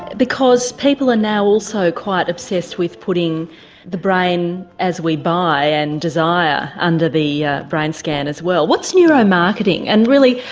because people are now also quite obsessed with putting the brain as we buy and desire under the yeah brain scan as well. what's neuromarketing and really,